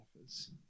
offers